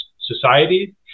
society